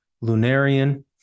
Lunarian